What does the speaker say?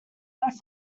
left